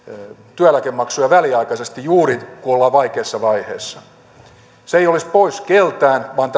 työeläkemaksuja väliaikaisesti juuri kun ollaan vaikeassa vaiheessa se ei olisi pois keltään vaan